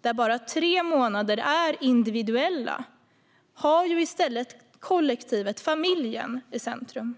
där bara tre månader är individuella, har i stället kollektivet, familjen, i centrum.